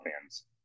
fans